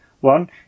One